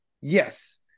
Yes